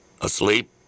Asleep